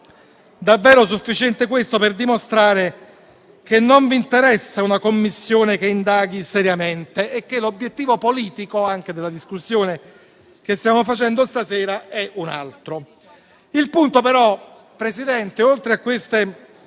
davvero sufficiente questo per dimostrare che non vi interessa una Commissione che indaghi seriamente e che l'obiettivo politico, anche della discussione che stiamo facendo stasera, è un altro. Il punto però, Presidente, oltre a queste